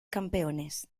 campeones